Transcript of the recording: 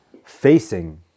Facing